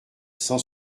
cent